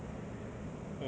definitely